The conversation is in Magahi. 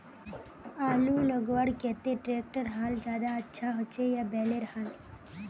आलूर लगवार केते ट्रैक्टरेर हाल ज्यादा अच्छा होचे या बैलेर हाल?